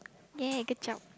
!yay! good job